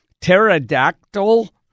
pterodactyl